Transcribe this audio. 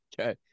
Okay